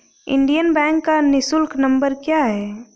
Indian bank का निःशुल्क number क्या है?